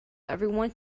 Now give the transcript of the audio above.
everyone